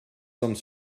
some